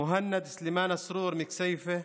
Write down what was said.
מוהנד סלימאן אלסרור מכסייפה,